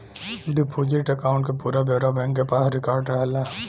deposit account क पूरा ब्यौरा बैंक के पास रिकार्ड रहला